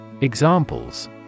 Examples